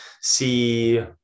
see